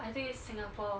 I think it's singapore